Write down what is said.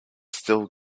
still